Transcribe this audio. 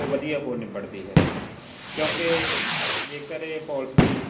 ਉਹ ਵਧੀਆ ਹੋ ਨਿਬੜਦੀ ਹੈ ਕਿਉਂਕਿ ਜੇਕਰ ਇਹ ਪੋਲਸੀ